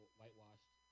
whitewashed